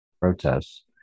protests